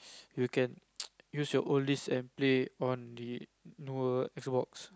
you can use your own disc an play on the newer X-box